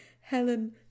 Helen